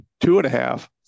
two-and-a-half